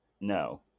No